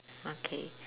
okay